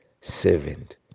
servant